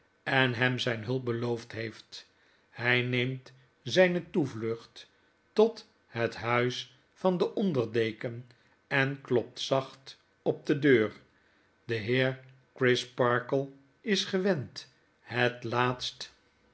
en hem zijnhulpbeloofdheeft hij neemt zijne toevlucht tot het huis van den onder deken en klopt zacht op de deur de heer crisparkle is gewend het laatst